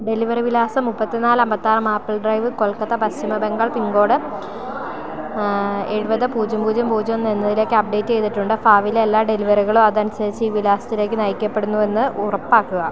delivery വിലാസം മുപ്പത്തിനാല് അമ്പത്തിയാറ് മാപ്പിൾ ഡ്രൈവ് കൊൽക്കത്ത പശ്ചിമ ബംഗാൾ പിൻകോഡ് എഴുപത് പൂജ്യം പൂജ്യം പൂജ്യം എന്നതിലേക്ക് അപ്ഡേറ്റ് ചെയ്തിട്ടുണ്ട് ഭാവിയിലെ എല്ലാ ഡെലിവറികളും അതനുസരിച്ച് ഈ വിലാസത്തിലേക്ക് നയിക്കപ്പെടുന്നുവെന്ന് ഉറപ്പാക്കുക